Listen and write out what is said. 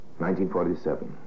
1947